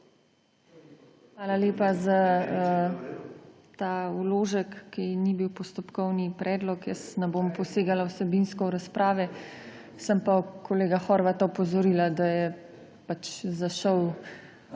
Hvala lepa za ta vložek, ki ni bil postopkovni predlog. Ne bom posegala vsebinsko v razprave, sem pa kolega Horvata opozorila, da je zašel v